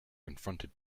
confronted